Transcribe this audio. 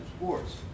sports